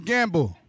Gamble